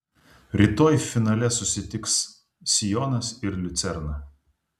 rytoj finale susitiks sionas ir liucerna